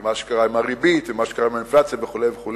ומה שקרה עם הריבית ומה שקרה עם האינפלציה וכו',